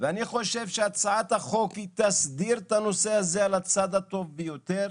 ואני חושב שהצעת החוק תסדיר את הנושא הזה על הצד הטוב ביותר,